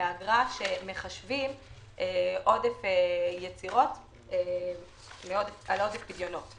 ומאגרה שמחשבים עודף יצירות על עודף הפדיונות.